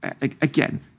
Again